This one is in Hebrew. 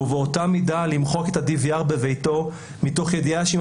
ובאותה מידה למחוק את ה-DVR בביתו מתוך ידיעה שאם